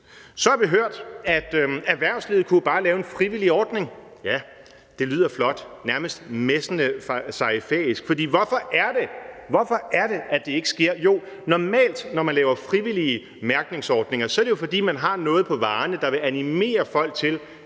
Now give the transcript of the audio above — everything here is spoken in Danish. Så har vi hørt, at erhvervslivet jo bare kunne lave en frivillig ordning. Ja, det lyder flot og nærmest messende farisæisk, for hvorfor er det, at det ikke sker? Jo, når man laver frivillige mærkningsordninger, er det jo normalt, fordi man har noget på varerne, der vil animere folk til